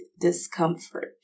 discomfort